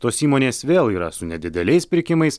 tos įmonės vėl yra su nedideliais pirkimais